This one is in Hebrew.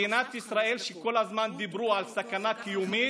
מדינת ישראל, כל הזמן דיברו על סכנה קיומית,